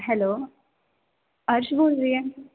hello Arsh ਬੋਲ ਰਹੀ ਹੈ